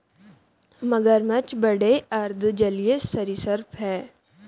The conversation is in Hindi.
मगरमच्छ बड़े अर्ध जलीय सरीसृप हैं